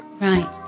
Right